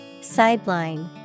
Sideline